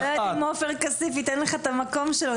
אדבר עם עופר כסיף, ייתן לך את המקום שלו.